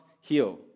heal